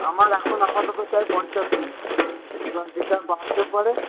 আমার এখন আপাতত চাই পঞ্চাশ কিলো এবার এটা বাড়তেও পারে